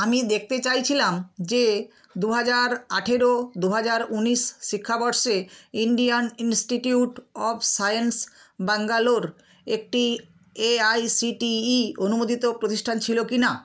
আমি দেখতে চাইছিলাম যে দু হাজার আঠারো দু হাজার উনিশ শিক্ষাবর্ষে Indian Institute of Science Bangalore একটি এআইসিটিই অনুমোদিত প্রতিষ্ঠান ছিল কি না